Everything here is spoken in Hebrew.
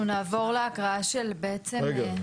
אנחנו נעבור להקראה של בעצם --- רגע,